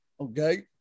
Okay